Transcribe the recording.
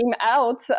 out